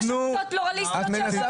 יש עמותות פלורליסטיות שהן לא רפורמיות.